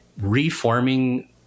reforming